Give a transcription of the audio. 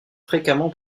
fréquemment